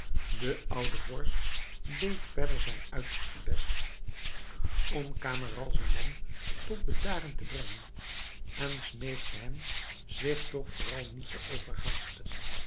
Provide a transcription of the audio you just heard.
de oude vorst deed verder zijn uiterste best om camaralzaman tot bedaren te brengen en smeekte hem zich toch vooral niet te